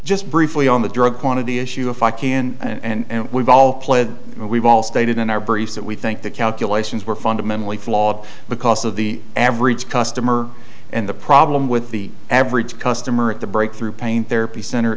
just briefly on the drug quantity issue if i can and we've all pled we've all stated in our briefs that we think the calculations were fundamentally flawed because of the average customer and the problem with the average customer at the breakthrough pain therapy center